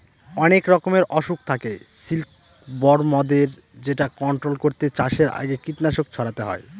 অনেক রকমের অসুখ থাকে সিল্কবরমদের যেটা কন্ট্রোল করতে চাষের আগে কীটনাশক ছড়াতে হয়